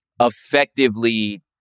effectively